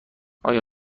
آیا